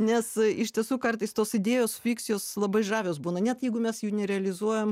nes iš tiesų kartais tos idėjos fikcijos labai žavios būna net jeigu mes jų nerealizuojam